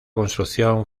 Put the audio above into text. construcción